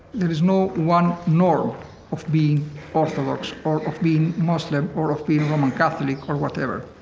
there is no one norm of being orthodox or of being muslim or of being roman catholic or whatever.